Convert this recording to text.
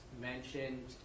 mentioned